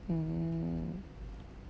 mm